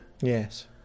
Yes